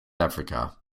africa